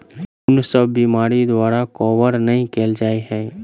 कुन सब बीमारि द्वारा कवर नहि केल जाय है?